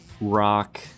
rock